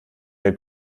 der